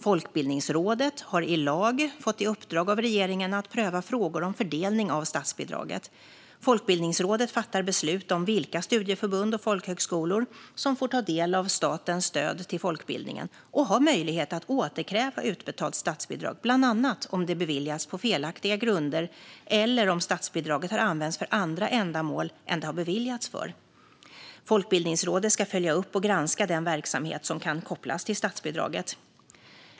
Folkbildningsrådet har i lag fått i uppdrag av regeringen att pröva frågor om fördelning av statsbidraget. Folkbildningsrådet fattar beslut om vilka studieförbund och folkhögskolor som får ta del av statens stöd till folkbildningen och har möjlighet att återkräva utbetalt statsbidrag, bland annat om det beviljats på felaktiga grunder eller om statsbidraget har använts för andra ändamål än det har beviljats för. Folkbildningsrådet ska följa upp och granska den verksamhet som kan kopplas till statsbidraget.